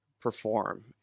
perform